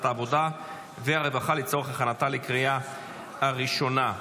העבודה והרווחה לצורך הכנתה לקריאה הראשונה.